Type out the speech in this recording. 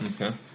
Okay